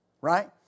Right